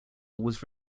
was